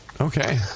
Okay